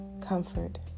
comfort